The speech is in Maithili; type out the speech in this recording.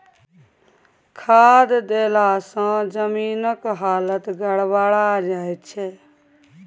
खाद देलासँ जमीनक हालत गड़बड़ा जाय छै